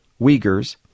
Uyghurs